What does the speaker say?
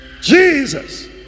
Jesus